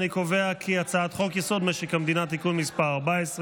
אני קובע כי הצעת חוק-יסוד: משק המדינה (תיקון מס' 14)